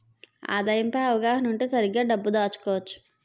ఆదాయం పై అవగాహన ఉంటే సరిగ్గా డబ్బు దాచుకోవచ్చు